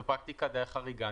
זו פרקטיקה די חריגה.